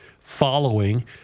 following